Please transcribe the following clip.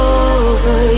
over